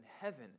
heaven